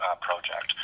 Project